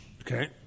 Okay